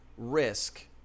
risk